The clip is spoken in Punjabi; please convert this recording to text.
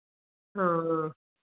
ਹਾਂ ਹਾਂ